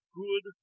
good